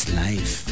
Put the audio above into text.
life